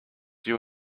you